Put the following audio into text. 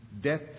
death